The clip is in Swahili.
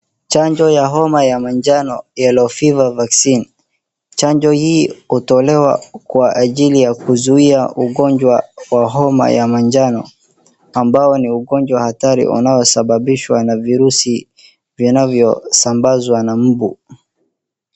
Chanjo ya homa ya majano yellow fever vaccine . Chanjo hii hutolewa kwa ajili ya kuzuia ugonjwa wa homa ya majano ambao ni ugonjwa hatari unaosababishwa na virusi vinanvyosambazwa na mbu.